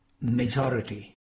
majority